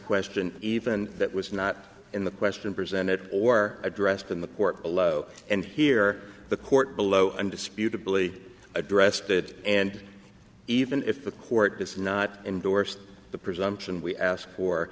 question even that was not in the question presented or addressed in the court below and here the court below undisputedly addressed it and even if the court does not endorse the presumption we ask for